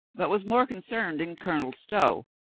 but was more con cerned in colonel stow,